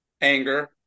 anger